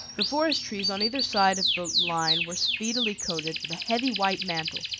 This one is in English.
the forest trees on either side of the line were speedily coated with a heavy white mantle,